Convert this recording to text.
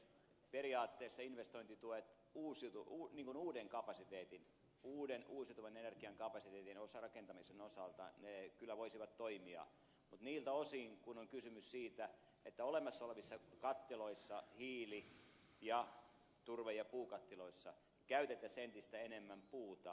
periaatteessa investointituet uuden kapasiteetin uuden uusiutuvan energian kapasiteetin rakentamisen osalta kyllä voisivat toimia niiltä osin kuin on kysymys siitä että olemassa olevissa kattiloissa hiili turve ja puukattiloissa käytettäisiin entistä enemmän puuta